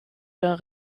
d’un